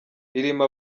ririmo